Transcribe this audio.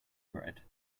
bread